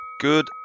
Good